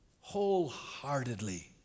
wholeheartedly